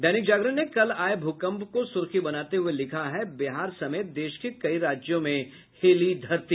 दैनिक जागरण ने कल आये भूकम्प को सुर्खी बनाते हुए लिखा है बिहार समेत देश के कई राज्यों में हिली धरती